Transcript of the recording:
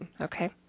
okay